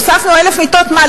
"הוספנו אלף מיטות" מה,